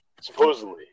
supposedly